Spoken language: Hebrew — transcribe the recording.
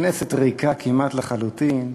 והכנסת ריקה כמעט לחלוטין.